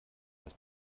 das